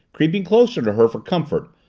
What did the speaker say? creeping closer to her for comfort,